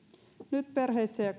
nyt muistetaan kaikki perheissä ja